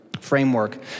framework